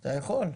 אתה יכול.